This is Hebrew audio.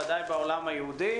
ודאי בעולם היהודי